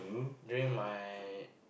during my